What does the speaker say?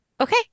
okay